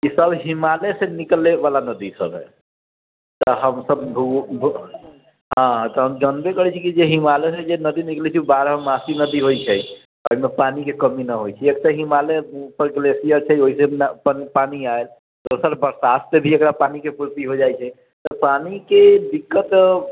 ईसब हिमालय से निकलय वला नदी सब है तऽ हमसब हँ तऽ जनबे करै छियै की जे हिमालय सँ जे नदी निकलै छै ओ बारहमासी नदी होइ छै ओहिमे पानी के कमी न होइ छै एक तऽ हिमालय पर ग्लेसियर छै ओहिसँ पानी आयल दोसर बरसात से भी एकरा पानी के पूर्ति हो जाइ छै त पानी के दिक्कत